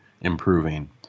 improving